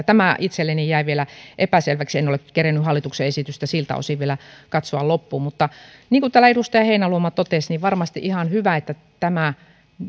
tämä itselleni jäi vielä epäselväksi en ole kerinnyt hallituksen esitystä siltä osin vielä katsoa loppuun mutta niin kuin täällä edustaja heinäluoma totesi varmasti ihan hyvä että